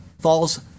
falls